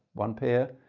one pair,